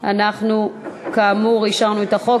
אנחנו, כאמור, אישרנו את החוק.